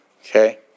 Okay